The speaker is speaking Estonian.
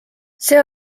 see